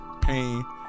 pain